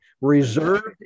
reserved